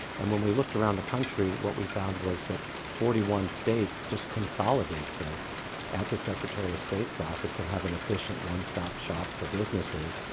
and when we looked around the country, what we found was that forty one states just consolidate this at the secretary of state's office and have an efficient one-stop shop for businesses.